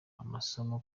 amasomo